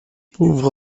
pauvre